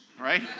right